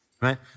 right